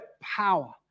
power